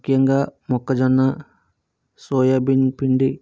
ముఖ్యంగా మొక్కజొన్న soya bean పిండి